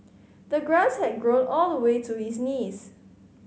the grass had grown all the way to his knees